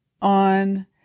On